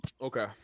Okay